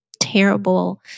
terrible